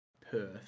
Perth